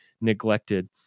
neglected